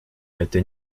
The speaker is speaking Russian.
это